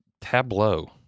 Tableau